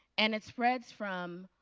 and it spreads from